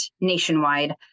Nationwide